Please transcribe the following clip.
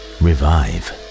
revive